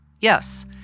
Yes